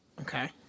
Okay